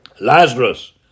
Lazarus